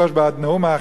בנאום האחר,